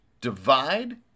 divide